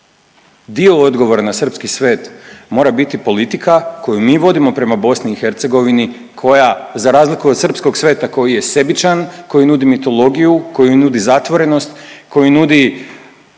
Dio odgovora na srpski svet mora biti politika koju mi vodimo prema BiH, koja za razliku od srpskog sveta koji je sebičan, koji nudi mitologiju, koji nudi zatvorenost, koji nudi